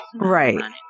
Right